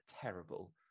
terrible